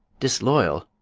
disloyal?